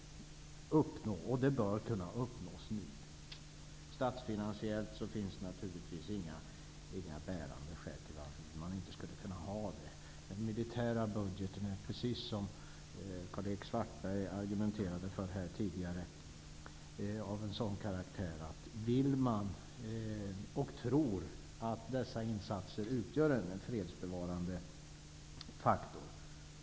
Man bör kunna uppnå målet nu. Statsfinasiellt finns det naturligtvis inga bärande skäl till att man inte skulle kunna uppnå det. Den militära budgeten är av en sådan karaktär att även pengarna till de insatserna är små pengar om man tror att insatserna utgör en fredsbevarande faktor.